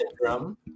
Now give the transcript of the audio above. Syndrome